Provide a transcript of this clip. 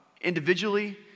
individually